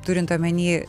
turint omeny